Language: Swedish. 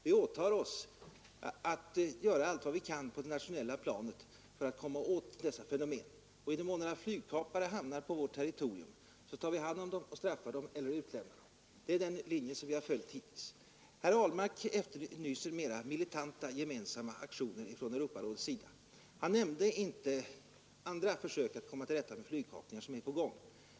Vi åtar oss att göra allt vad vi kan på det internationella planet för att komma åt dessa fenomen. I den mån några flygkapare hamnar på vårt territorium så tar vi hand om dem och straffar dem eller utlämnar dem. Det är den linje som vi har följt hittills. Herr Ahlmark efterlyser mera militanta gemensamma aktioner från Europarådets sida. Han nämnde inte andra försök som är på gång att komma till rätta med flygkapningar.